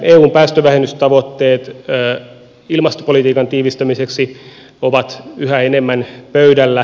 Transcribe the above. eun päästövähennystavoitteet ilmastopolitiikan tiivistämiseksi ovat yhä enemmän pöydällä